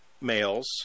males